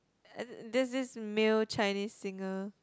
there's this male Chinese singer